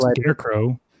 Scarecrow